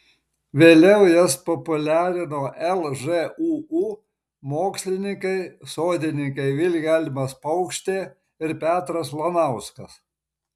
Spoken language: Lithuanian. vėliau jas populiarino lžūu mokslininkai sodininkai vilhelmas paukštė ir petras lanauskas